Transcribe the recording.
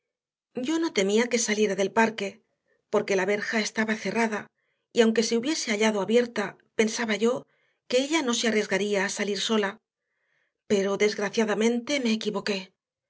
yo no temía que saliera del parque porque la verja estaba cerrada y aunque se hubiese hallado abierta pensaba yo que ella no se arriesgaría a salir sola pero desgraciadamente me equivoqué